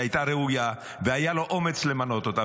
הייתה ראויה והיה לו אומץ למנות אותה,